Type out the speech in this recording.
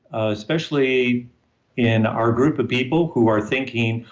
especially in our group of people who are thinking,